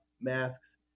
masks